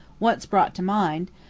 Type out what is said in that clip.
once brought to mind,